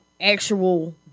actual